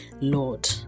Lord